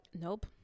nope